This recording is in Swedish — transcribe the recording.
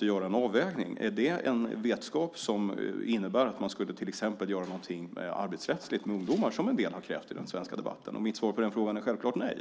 göra en avvägning. Är det en vetskap som innebär att man till exempel skulle göra någonting arbetsrättsligt med ungdomar, som en del har krävt i den svenska debatten? Mitt svar på den frågan är självklart nej.